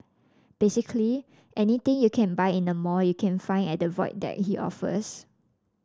basically anything you can buy in a mall you can find at the Void Deck he offers